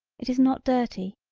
it is not dirty.